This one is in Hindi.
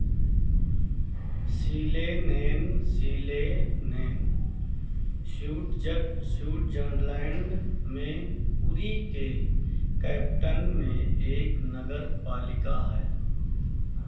सीलेनेन सीले नेन स्यूटजर स्यूटजरलैंड में उरी के कैप्टन में एक नगरपालिका है